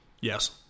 Yes